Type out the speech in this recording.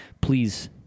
Please